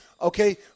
Okay